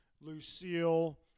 Lucille